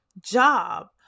job